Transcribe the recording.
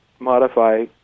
Modify